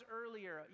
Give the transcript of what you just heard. earlier